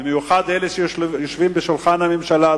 במיוחד אלה שיושבים ליד שולחן הממשלה,